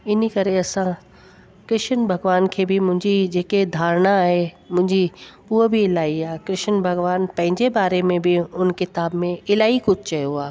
इनी करे असां कृष्ण भॻिवान खे बि मुंहिंजी जेके धारणा आहे मुंहिंजी उहा बि इलाही आहे कृष्ण भॻिवान पंहिंजे बारे में बि उन किताब में इलाही कुझु चयो आहे